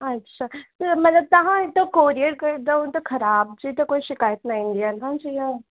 अच्छा त मतलबु तव्हां हितां कोरियर कंदव त ख़राबु जी त कोई शिकायत न ईंदी आहे न जीअं